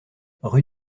rue